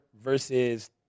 versus